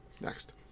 Next